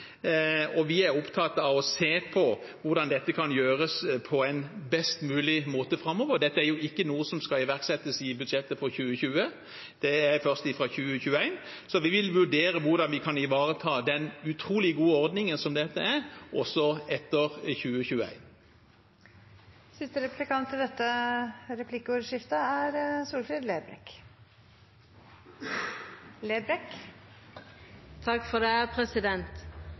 og vi er opptatt av å se på hvordan dette kan gjøres på en best mulig måte framover. Dette skal ikke iverksettes i budsjettet for 2020, men først fra 2021. Vi vil vurdere hvordan vi kan ivareta den utrolig gode ordningen som dette er, også etter